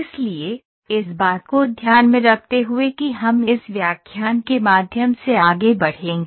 इसलिए इस बात को ध्यान में रखते हुए कि हम इस व्याख्यान के माध्यम से आगे बढ़ेंगे